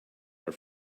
are